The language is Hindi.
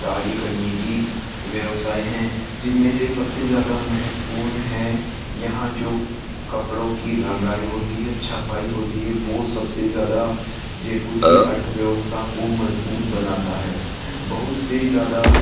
कार्य करने की व्यवसाय हैं जिनमें से सबसे ज़्यादा महत्वपूर्ण है यहाँ जो कपड़ों की रंगाई होती है छपाई होती है वो सबसे ज़्यादा जयपुर की अर्थव्यवस्था को मजबूत बनाता है बहुत से ज़्यादा